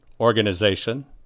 organization